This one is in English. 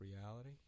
reality